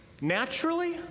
naturally